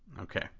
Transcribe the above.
Okay